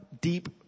deep